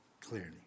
clearly